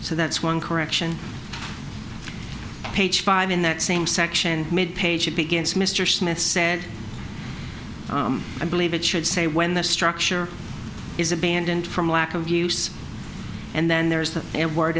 so that's one correction page five in that same section made page it begins mr smith said i believe it should say when the structure is abandoned from lack of use and then there is that a word